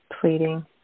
Pleading